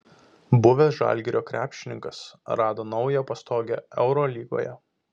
buvęs žalgirio krepšininkas rado naują pastogę eurolygoje